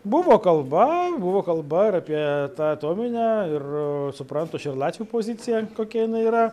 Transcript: buvo kalba buvo kalba apie tą atominę ir supratu aš ir latvių pozicija kokia jinai yra